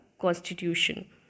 constitution